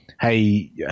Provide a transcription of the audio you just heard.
hey